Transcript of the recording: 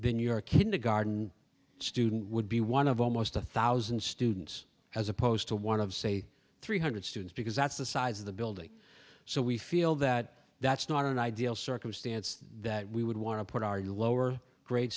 then your kindergarden student would be one of almost a thousand students as opposed to one of say three hundred students because that's the size of the building so we feel that that's not an ideal circumstance that we would want to put our lower grade